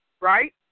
Right